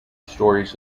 stories